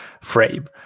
frame